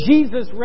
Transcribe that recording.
Jesus